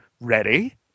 ready